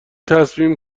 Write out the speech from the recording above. تصمیم